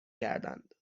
کردند